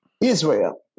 Israel